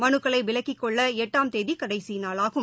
மனுக்களைவிலக்கிக் கொள்ளளட்டாம் தேதிகடைசிநாளாகும்